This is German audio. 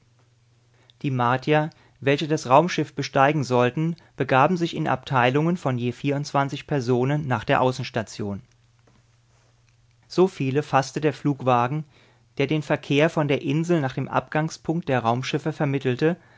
die martier welche das raumschiff besteigen sollten begaben sich in abteilungen von je vierundzwanzig personen nach der außenstation so viele faßte der flugwagen der den verkehr von der insel nach dem abgangspunkt der raumschiffe vermittelte